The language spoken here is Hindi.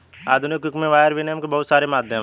आधुनिक युग में वायर विनियम के बहुत सारे माध्यम हैं